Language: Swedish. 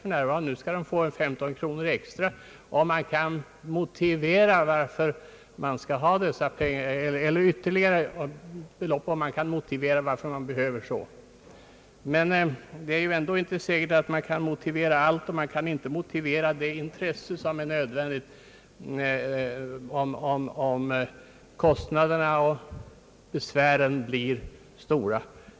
Nu skall visserligen övervakare få ytterligare belopp utöver 15 kr, om de kan motivera vartill de extra kostnaderna har använts. Det är emellertid inte säkert att det går att motivera allt, framför allt kanske inte det som görs av intresse för uppdraget och som man anser nödvändigt och de var för sig små kostnader som sammanhänger därmed.